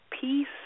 peace